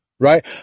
Right